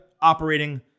operating